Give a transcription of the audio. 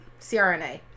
CRNA